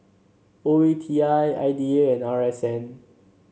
O E T I I D A and R S N